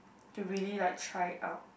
to really like try it out